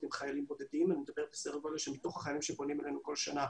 שכמובן שהחיילים הבודדים הם יותר פגיעים לנושא הזה.